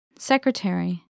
Secretary